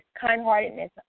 kind-heartedness